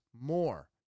more